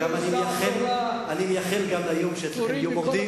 אני מייחל ליום שאצלכם יהיו מורדים,